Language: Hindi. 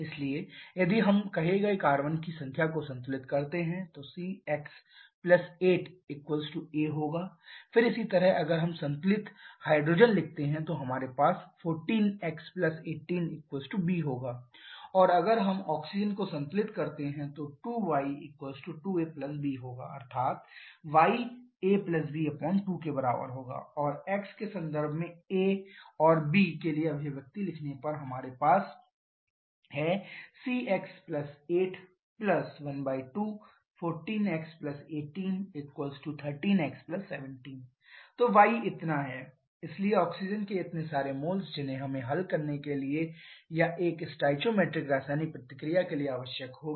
इसलिए यदि हम कहे गए कार्बन की संख्या को संतुलित करते हैं 6x 8 a फिर इसी तरह अगर हम संतुलित हाइड्रोजन लिखते हैं तो हमारे पास है 14x 18 b और अगर हम ऑक्सीजन को संतुलित करते हैं तो 2y 2a b अर्थात् y a b2 और एक्स के संदर्भ में ए और बी के लिए अभिव्यक्ति लिखने पर हमारे पास है 6x 8 ½14x 18 13x 17 तो y इतना है इसलिए ऑक्सीजन के इतने सारे मोल जिन्हें हमें हल करने के लिए या एक स्टोइकोमेट्रिक रासायनिक प्रतिक्रिया के लिए आवश्यक होगी